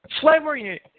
Slavery